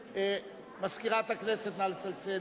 מזכירת הכנסת, נא לצלצל.